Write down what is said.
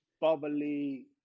bubbly